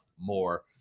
more